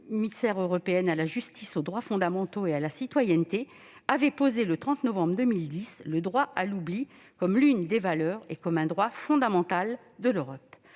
commissaire européenne à la justice, aux droits fondamentaux et à la citoyenneté, avait posé le 30 novembre 2010 le droit à l'oubli comme l'une des « valeurs » et comme un « droit fondamental » de l'Europe.